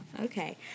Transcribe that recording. Okay